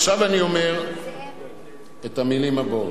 עכשיו, אני אומר את המלים הבאות: